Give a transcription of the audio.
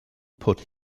put